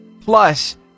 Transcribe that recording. Plus